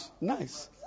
Nice